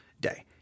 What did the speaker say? day